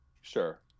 Sure